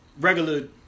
regular